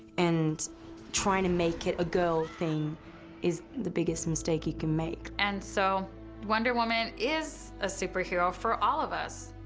and trying to make it a girl thing is the biggest mistake you can make. and so wonder woman is a superhero for all of us.